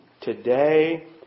today